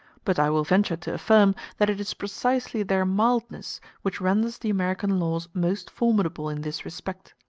but i will venture to affirm that it is precisely their mildness which renders the american laws most formidable in this respect.